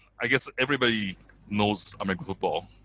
i guess everybody knows american football.